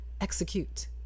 execute